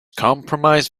comprise